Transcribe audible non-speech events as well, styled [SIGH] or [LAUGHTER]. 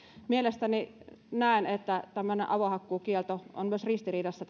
näen että tämmöinen avohakkuukielto on myös ristiriidassa [UNINTELLIGIBLE]